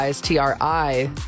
T-R-I